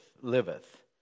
liveth